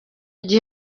gihe